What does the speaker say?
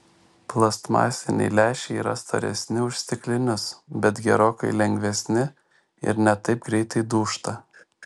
plastmasiniai lęšiai yra storesni už stiklinius bet gerokai lengvesni ir ne taip greitai dūžta